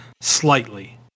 slightly